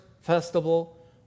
festival